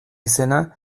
izena